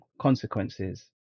consequences